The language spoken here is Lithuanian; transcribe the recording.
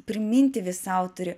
priminti vis sau turi